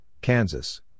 Kansas